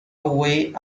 away